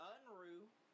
Unruh